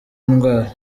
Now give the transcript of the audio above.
indwara